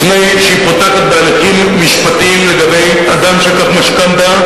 לפני שהוא פותח בהליכים משפטיים לגבי אדם שלקח משכנתה,